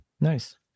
Nice